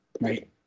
Right